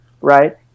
right